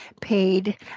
paid